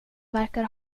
verkar